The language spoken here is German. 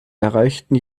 erreichten